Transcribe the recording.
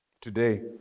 Today